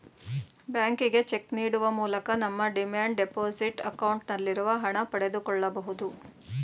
ಬ್ಯಾಂಕಿಗೆ ಚೆಕ್ ನೀಡುವ ಮೂಲಕ ನಮ್ಮ ಡಿಮ್ಯಾಂಡ್ ಡೆಪೋಸಿಟ್ ಅಕೌಂಟ್ ನಲ್ಲಿರುವ ಹಣ ಪಡೆದುಕೊಳ್ಳಬಹುದು